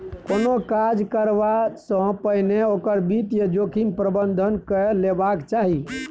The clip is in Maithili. कोनो काज करबासँ पहिने ओकर वित्तीय जोखिम प्रबंधन कए लेबाक चाही